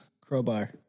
crowbar